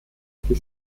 die